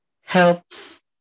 helps